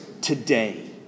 today